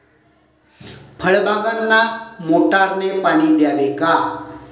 फळबागांना मोटारने पाणी द्यावे का?